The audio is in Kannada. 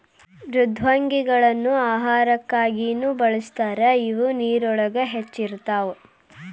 ಮೃದ್ವಂಗಿಗಳನ್ನ ಆಹಾರಕ್ಕಾಗಿನು ಬಳಸ್ತಾರ ಇವ ನೇರಿನೊಳಗ ಹೆಚ್ಚ ಇರತಾವ